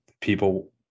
people